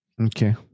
Okay